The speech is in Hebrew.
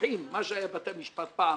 לוקחים מה שהיה בתי משפט פעם